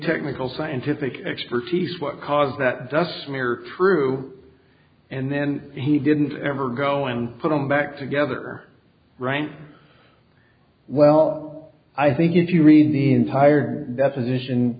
technical scientific expertise what caused that dust mirror through and then he didn't ever go and put them back together right well i think if you read the entire deposition